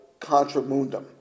contramundum